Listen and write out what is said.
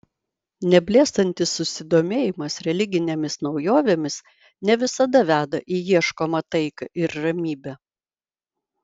neblėstantis susidomėjimas religinėmis naujovėmis ne visada veda į ieškomą taiką ir ramybę